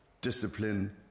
Discipline